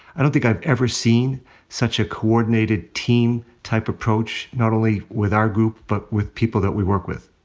i don't think i've ever seen such a coordinated team type approach. not only with our group, but with people that we work with.